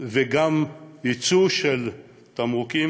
וגם ייצוא של תמרוקים,